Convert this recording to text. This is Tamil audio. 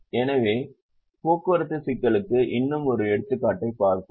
எனவே போக்குவரத்து சிக்கலுக்கு இன்னும் ஒரு எடுத்துக்காட்டைப் பார்ப்போம்